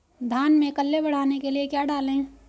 धान में कल्ले बढ़ाने के लिए क्या डालें?